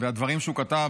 והדברים שהוא כתב,